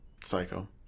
Psycho